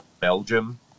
Belgium